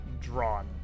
drawn